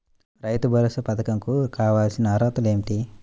రైతు భరోసా పధకం కు కావాల్సిన అర్హతలు ఏమిటి?